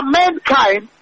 mankind